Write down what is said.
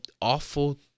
awful